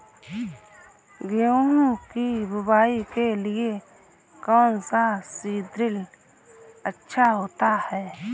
गेहूँ की बुवाई के लिए कौन सा सीद्रिल अच्छा होता है?